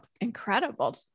incredible